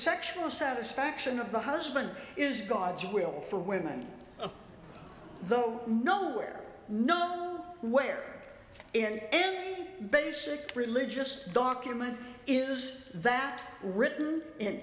sexual satisfaction of the husband is god's will for women of the oh no where no where in any basic religious document is that written in